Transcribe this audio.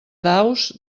daus